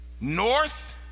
north